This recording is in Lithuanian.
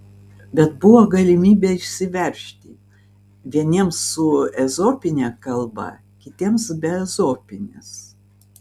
bet buvo galimybė išsiveržti vieniems su ezopine kalba kitiems be ezopinės